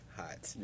hot